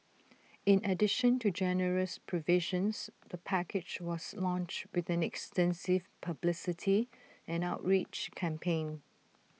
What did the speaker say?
in addition to generous provisions the package was launched with an extensive publicity and outreach campaign